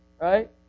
right